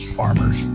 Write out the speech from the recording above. farmers